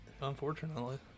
Unfortunately